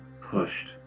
pushed